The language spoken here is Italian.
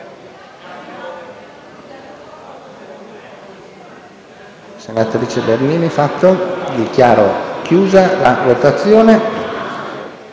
Grazie